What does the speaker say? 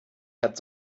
hat